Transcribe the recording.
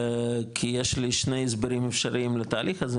כי יש לי שני הסברים אפשריים לתהליך הזה,